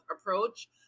approach